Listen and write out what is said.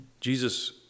Jesus